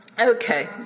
Okay